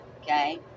okay